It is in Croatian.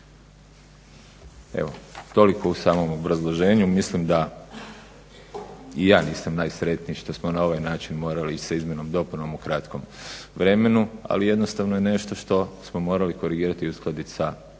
Evo toliko u samome obrazloženju. Mislim da i ja nisam najsretniji što smo na ovaj način morali sa izmjenom i dopunom u kratkom vremenu, ali jednostavno je nešto što smo morali korigirati i uskladiti sa